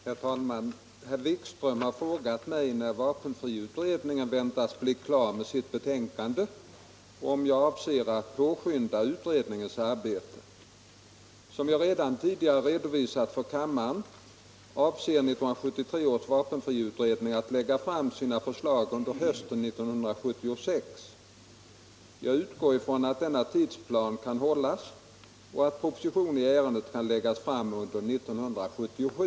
Herr talman! Herr Wikström har frågat mig, när vapenfriutredningen väntas bli klar med sitt betänkande och om jag avser att påskynda utredningens arbete. Som jag redan tidigare redovisat för kammaren avser 1973 års vapenfriutredning att lägga fram sina förslag under hösten 1976. Jag utgår från att denna tidsplan kan hållas och att proposition i ärendet kan läggas fram under år 1977.